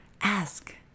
ask